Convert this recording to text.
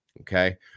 okay